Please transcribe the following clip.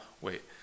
wait